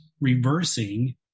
reversing